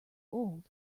old